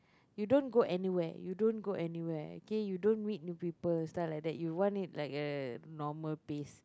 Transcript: you don't go anywhere you don't go anywhere okay you don't read newspapers stuff like that you want it like a normal pace